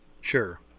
sure